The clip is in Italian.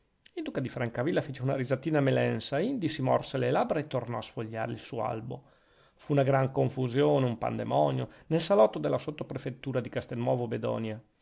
il duca di francavilla fece una risatina melensa indi si morse le labbra e tornò a sfogliare il suo albo fu una gran confusione un pandemonio nel salotto della sottoprefettura di castelnuovo bedonia